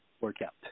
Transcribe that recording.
workout